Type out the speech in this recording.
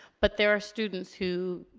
but there are students who,